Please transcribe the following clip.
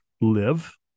live